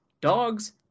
dogs